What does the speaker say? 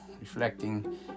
reflecting